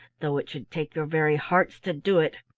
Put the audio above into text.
though it should take your very hearts to do it.